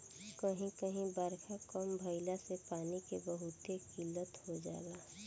कही कही बारखा कम भईला से पानी के बहुते किल्लत हो जाला